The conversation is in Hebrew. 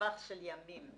ובטווח של ימים,